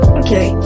okay